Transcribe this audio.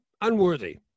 unworthy